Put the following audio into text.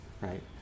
right